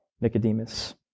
Nicodemus